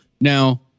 Now